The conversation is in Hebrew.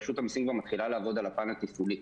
רשות המסים מתחילה לעבוד על הפן התפעולי.